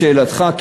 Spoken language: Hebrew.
לשאלתך,